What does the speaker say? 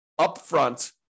upfront